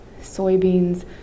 soybeans